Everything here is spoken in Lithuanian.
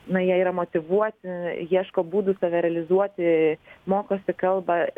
na jie yra motyvuoti ieško būdų save realizuoti mokosi kalbą